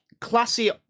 classy